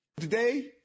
Today